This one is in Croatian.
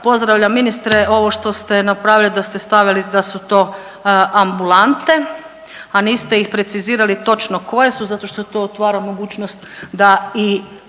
Pozdravljam, ministre, ovo što ste napravili da ste stavili da su to ambulante, a niste ih precizirali točno koje su zato što to otvara mogućnost da i